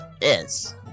Yes